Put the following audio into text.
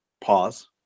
Pause